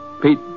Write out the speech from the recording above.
Pete